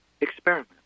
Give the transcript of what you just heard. Experiment